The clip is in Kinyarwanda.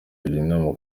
nama